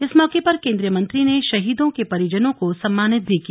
इस मौके पर केन्द्रीय मंत्री ने शहीदों के परिजनों को सम्मानित भी किया